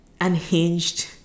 unhinged